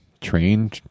train